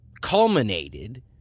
culminated